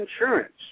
Insurance